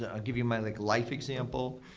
ah give you my like life example,